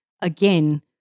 Again